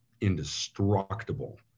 indestructible